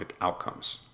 outcomes